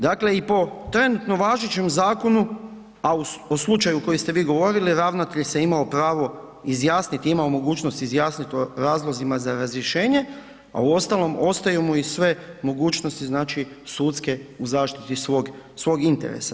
Dakle i po trenutno važećem zakonu, a o slučaju koji ste vi govorili, ravnatelj se imao pravo izjasniti, imao mogućnost izjasniti o razlozima za razrješenje, a uostalom, ostaju mu i sve mogućnosti sudske u zaštiti svog interesa.